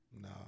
No